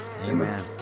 Amen